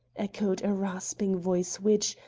echoed a rasping voice which,